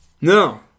No